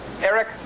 Eric